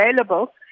available